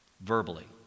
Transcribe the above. verbally